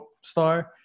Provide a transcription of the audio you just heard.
star